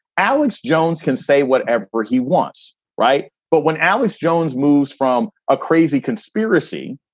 alex jones can say whatever he wants. right. but when alex jones moves from a crazy conspiracy.